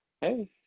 Hey